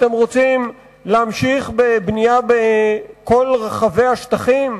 אתם רוצים להמשיך בבנייה בכל רחבי השטחים?